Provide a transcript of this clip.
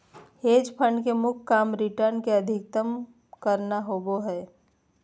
hedge fund के मुख्य काम रिटर्न के अधीकतम करना होबो हय